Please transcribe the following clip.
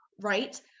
right